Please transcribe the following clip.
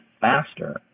faster